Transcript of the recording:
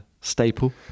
staple